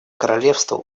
королевство